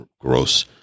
gross